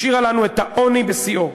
השאירה לנו את העוני בשיאו,